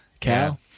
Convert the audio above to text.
Cow